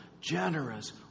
generous